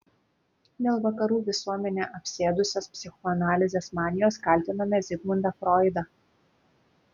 dėl vakarų visuomenę apsėdusios psichoanalizės manijos kaltiname zigmundą froidą